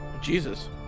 Jesus